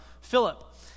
Philip